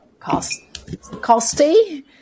costy